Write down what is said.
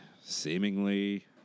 seemingly